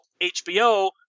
HBO